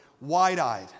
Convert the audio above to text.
wide-eyed